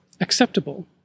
acceptable